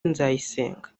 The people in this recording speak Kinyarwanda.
nzayisenga